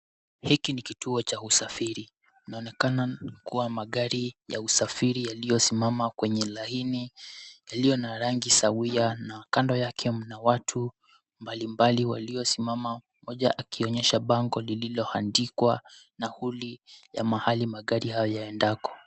Hiki ni kituo cha usafiri na inaonekana kuwa magari ya usafiri yaliyosimama kwenye laini yaliyo na rangi sawia na kando yake mna watu mbali mbali waliosimama, mmoja akionyesha bango liloandikwa nauli ya mahali magari hayo yaendako.